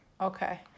okay